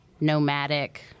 nomadic